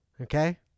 Okay